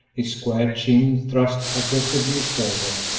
his square chin thrust aggressively forward,